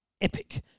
epic